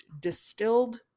distilled